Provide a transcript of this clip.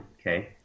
Okay